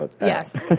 Yes